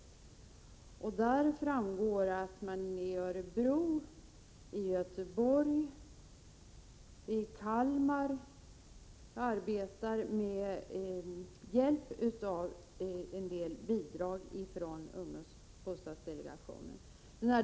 Av sammanställningen framgår att man i Örebro, i Göteborg och i Kalmar arbetar med hjälp av en del bidrag från ungdomsbostadsdelegationen.